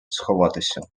сховатися